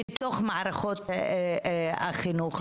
בתוך מערכות החינוך,